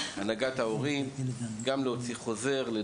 את להנהגת ההורים שגם הם יוציאו חוזרים בעניין,